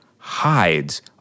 hides